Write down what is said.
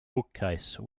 bookcase